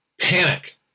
panic